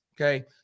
Okay